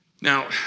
Now